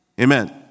Amen